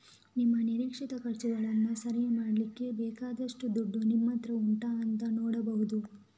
ನಿಮ್ಮ ನಿರೀಕ್ಷಿತ ಖರ್ಚುಗಳನ್ನ ಸರಿ ಮಾಡ್ಲಿಕ್ಕೆ ಬೇಕಾದಷ್ಟು ದುಡ್ಡು ನಿಮ್ಮತ್ರ ಉಂಟಾ ಅಂತ ನೋಡ್ಬಹುದು